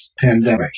pandemic